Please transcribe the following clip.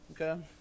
okay